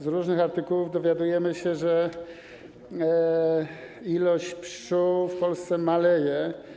Z różnych artykułów dowiadujemy się, że liczba pszczół w Polsce maleje.